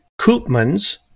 Koopmans